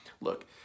look